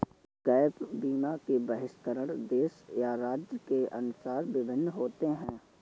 gap बीमा के बहिष्करण देश या राज्य के अनुसार भिन्न होते हैं